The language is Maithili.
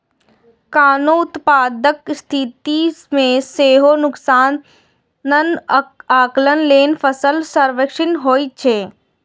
कोनो आपदाक स्थिति मे सेहो नुकसानक आकलन लेल फसल सर्वेक्षण होइत छैक